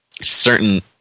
certain